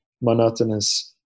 monotonous